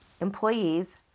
employees